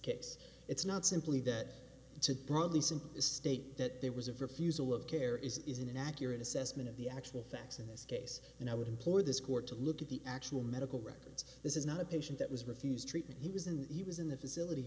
case it's not simply that to broadly simply state that there was a refusal of care isn't an accurate assessment of the actual facts in this case and i would employ this court to look at the actual medical records this is not a patient that was refused treatment he was in he was in the facility